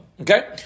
Okay